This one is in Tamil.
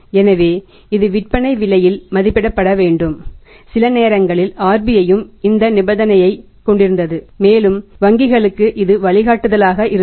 எனவே இது விற்பனை விலையில் மதிப்பிடப்பட வேண்டும் சிலநேரங்களில் RBIயும் இந்த நிபந்தனையைக் கொண்டிருந்தது மேலும் வங்கிகளுக்கு இது வழிகாட்டுதலாக இருந்தது